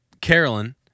Carolyn